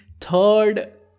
third